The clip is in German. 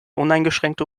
uneingeschränkte